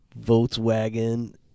Volkswagen